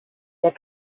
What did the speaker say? der